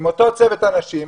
עם אותו צוות אנשים,